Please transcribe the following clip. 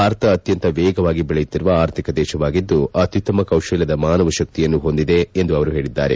ಭಾರತ ಅತ್ಯಂತ ವೇಗವಾಗಿ ಬೆಳೆಯುತ್ತಿರುವ ಆರ್ಥಿಕ ದೇಶವಾಗಿದ್ದು ಅತ್ಯುತ್ತಮ ಕೌಶಲ್ತದ ಮಾನವ ಶಕ್ತಿಯನ್ನು ಹೊಂದಿದೆ ಎಂದು ಅವರು ಹೇಳಿದ್ದಾರೆ